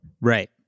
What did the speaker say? Right